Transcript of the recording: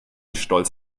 stolz